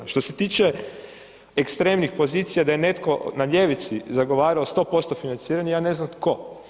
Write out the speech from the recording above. A što se tiče ekstremnih pozicija da je netko na ljevici zagovarao 100% financiranje, ja ne znam tko.